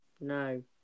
No